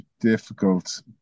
difficult